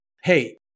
Hey